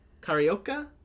Carioca